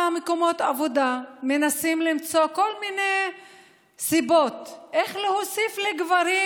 בכל מקומות העבודה מנסים למצוא כל מיני סיבות איך להוסיף לגברים